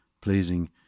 pleasing